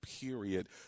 period